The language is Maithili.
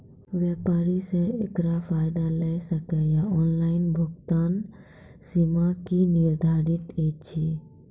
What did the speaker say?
व्यापारी सब एकरऽ फायदा ले सकै ये? ऑनलाइन भुगतानक सीमा की निर्धारित ऐछि?